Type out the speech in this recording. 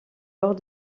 lors